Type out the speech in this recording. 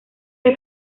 que